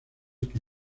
que